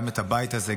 גם את הבית הזה,